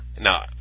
Now